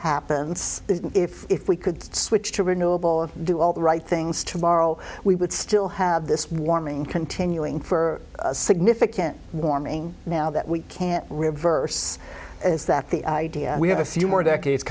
happens if we could switch to renewable and do all the right things tomorrow we would still have this warming continuing for significant warming now that we can't reverse it is that the idea we have a few more decades